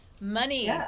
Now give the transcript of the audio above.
money